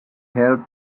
helped